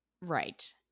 right